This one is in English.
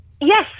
Yes